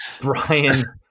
Brian